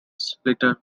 splitter